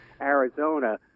Arizona